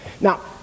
Now